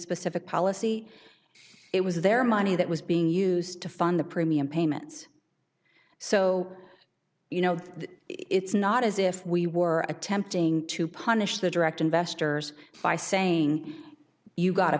specific policy it was their money that was being used to fund the premium payments so you know it's not as if we were attempting to punish the direct investors by saying you got